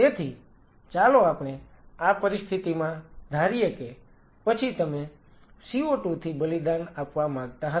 તેથી ચાલો આપણે આ પરિસ્થિતિમાં ધારીએ કે પછી તમે CO2 થી બલિદાન આપવા માંગતા હતા